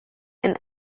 and